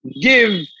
Give